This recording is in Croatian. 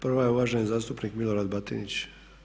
Prva je uvaženi zastupnik Milorad Batinić.